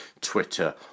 Twitter